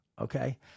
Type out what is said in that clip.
okay